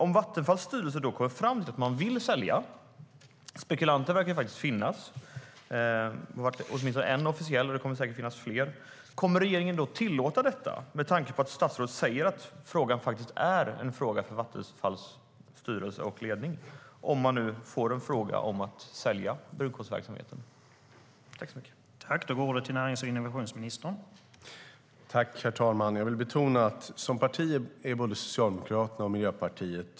Om Vattenfalls styrelse kommer fram till att man vill sälja, om man får en fråga om att sälja brunkolsverksamheten, kommer regeringen då att tillåta detta med tanke på att statsrådet säger att frågan är en fråga för Vattenfalls styrelse och ledning? Spekulanter verkar faktiskt finnas. Det är åtminstone en officiell, och det kommer säkert att finnas fler.